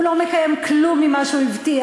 הוא לא מקיים כלום ממה שהוא הבטיח,